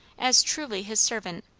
as truly his servant,